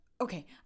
Okay